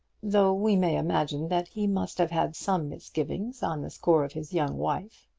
though we may imagine that he must have had some misgivings on the score of his young wife.